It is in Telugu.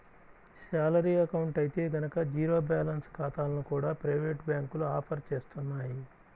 శాలరీ అకౌంట్ అయితే గనక జీరో బ్యాలెన్స్ ఖాతాలను కూడా ప్రైవేటు బ్యాంకులు ఆఫర్ చేస్తున్నాయి